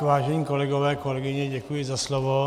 Vážení kolegové, kolegyně, děkuji za slovo.